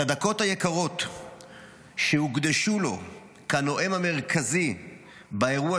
את הדקות היקרות שהוקדשו לו כנואם המרכזי באירוע,